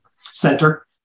center